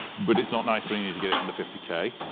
but it's not nice when you need to get it under fifty k.